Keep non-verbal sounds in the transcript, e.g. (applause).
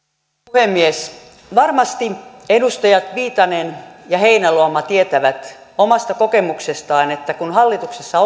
puhemies varmasti edustajat viitanen ja heinäluoma tietävät omasta kokemuksestaan että kun hallituksessa (unintelligible)